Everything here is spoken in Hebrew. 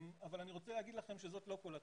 אני רוצה לומר לכם שזאת לא כל התמונה.